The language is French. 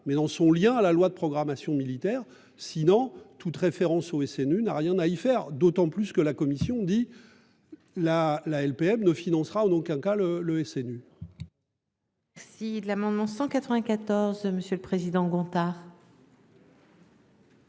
mais dans son lien à la loi de programmation militaire. Sinon toute référence au SNU n'a rien à y faire, d'autant plus que la commission dit. La la LPM ne financera en aucun cas le le SNU. Si l'amendement 194 monsieur le président Gontard.